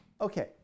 okay